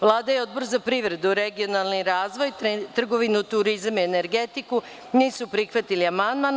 Vlada i Odbor za privredu, regionalni razvoj, trgovinu, turizam i energetiku nisu prihvatili amandman.